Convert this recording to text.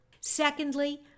Secondly